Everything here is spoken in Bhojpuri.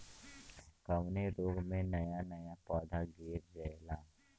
कवने रोग में नया नया पौधा गिर जयेला?